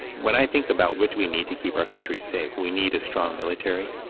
when i think about which we need to keep our country safe, we need a strong military,